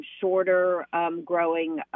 shorter-growing